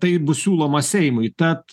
tai bus siūloma seimui tad